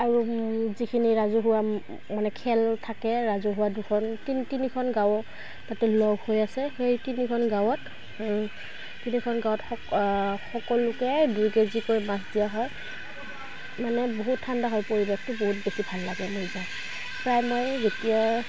আৰু যিখিনি ৰাজহুৱা মানে খেল থাকে ৰাজহুৱা দুখন তিনিখন গাঁও তাতে লগ হৈ আছে সেই তিনিখন গাঁৱত তিনিখন গাঁৱত সকলোকে দুই কেজিকৈ মাছ দিয়া হয় মানে বহুত ঠাণ্ডা হয় পৰিৱেশটো বহুত বেছি ভাল লাগে মই যায় প্ৰায় মই যেতিয়া